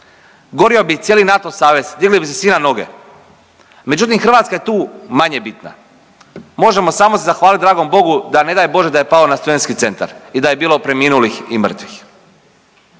gorio bi cijeli NATO savez, digli bi se svi na noge, međutim Hrvatska je tu manje bitna. Možemo samo se zahvaliti dragom Bogu da ne daj Bože da je pao na studentski centar i da je bilo preminulih i mrtvih.